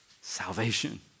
Salvation